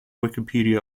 wikipedia